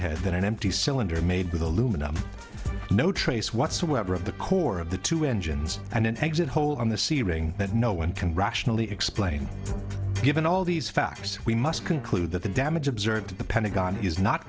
than an empty cylinder made with aluminum no trace whatsoever of the core of the two engines and an exit hole on the c ring that no one can rationally explain given all these factors we must conclude that the damage observed at the pentagon is not